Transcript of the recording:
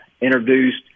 introduced